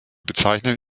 bezeichnen